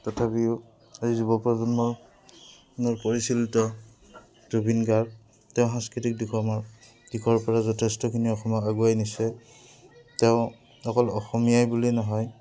তথাপিও এই যুৱ প্ৰজন্ম পৰিচলিত জুবিন গাৰ্গ তেওঁ সাংস্কৃতিক দিশৰ দিশৰ পৰা যথেষ্টখিনি অসমত আগুৱাই নিছে তেওঁ অকল অসমীয়াই বুলিয়ে নহয়